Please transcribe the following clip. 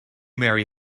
marry